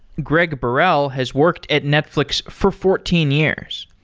greg burrell has worked at netflix for fourteen years.